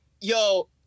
Yo